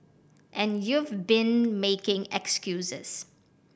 and you've been making excuses